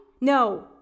No